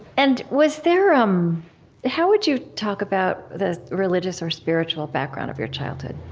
and was there um how would you talk about the religious or spiritual background of your childhood?